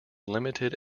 limited